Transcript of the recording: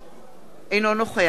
אינו נוכח אורית נוקד,